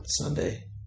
Sunday